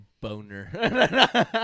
boner